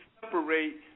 separate